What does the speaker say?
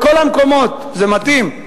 זה מתאים.